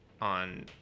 on